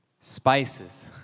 Spices